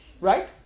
Right